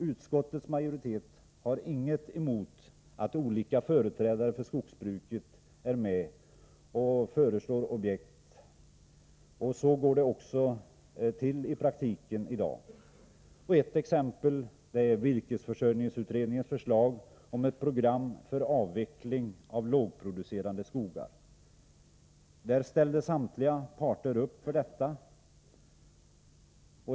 Utskottets majoritet har inget emot att olika företrädare för skogsbruket är med och föreslår objekt. Så går det också till i praktiken i dag. Ett exempel är virkesförsörjningsutredningens förslag om ett program för avveckling. av lågproducerande skogar. Samtliga parter har ställt upp för detta.